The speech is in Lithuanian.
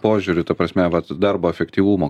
požiūriu ta prasme vat darbo efektyvumo